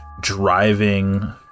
driving